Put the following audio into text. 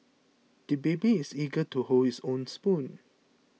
the baby is eager to hold his own spoon